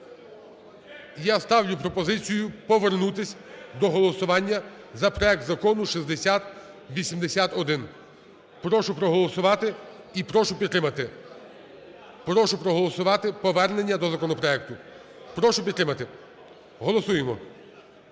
я ставлю пропозицію повернутися до голосування за проект Закону 6081. Прошу проголосувати і прошу підтримати. Прошу проголосувати повернення до законопроекту. Прошу підтримати. Голосуємо